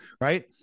Right